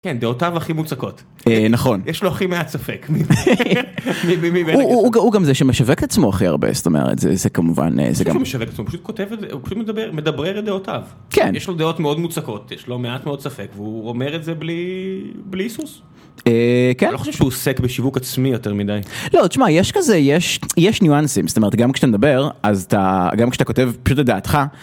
כן דעותיו הכי מוצקות, נכון יש לו הכי מעט ספק, הוא גם זה שמשווק את עצמו הכי הרבה, זאת אומרת זה כמובן, הוא פשוט מדבר את דעותיו, יש לו דעות מאוד מוצקות, יש לו מעט מאוד ספק, והוא אומר את זה בלי היסוס, אני לא חושב שהוא עוסק בשיווק עצמי יותר מדי, לא תשמע יש כזה, יש ניואנסים, זאת אומרת גם כשאתה מדבר, אז אתה גם כשאתה כותב פשוט לדעתך.